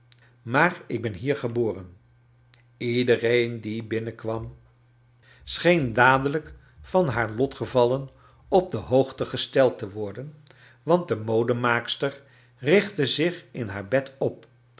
maar ik ben hier geboren jj iedereen die bium nkwam scheen charles dickens dadelijk van haar lotgevallen op de hoogte gcsteld te worden want de modemaakster richtte zich in haar bed op